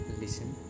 listen